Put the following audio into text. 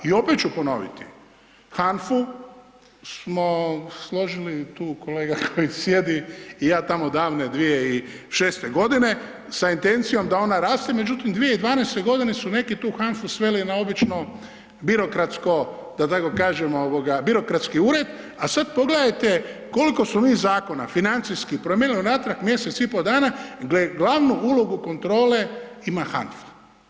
I opet ću ponoviti, HANFA-u smo složili tu kolega koji sjedi i ja tamo davne 2006. g. sa invencijom da ona raste, međutim, 2012. g. su neki tu HANFA-u sveli na obično birokratsko, da tako kažem, birokratski ured, a sad pogledajte koliko smo mi zakona financijski promijenili unatrag mjesec i pol dana gdje glavnu ulogu kontrole ima HANFA.